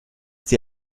sie